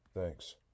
Thanks